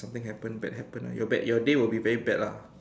something happen bad happen your bad your day will be very bad lah